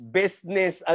business